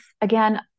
Again